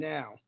Now